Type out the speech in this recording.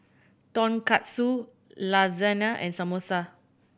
Tonkatsu Lasagne and Samosa